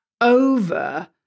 over